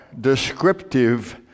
descriptive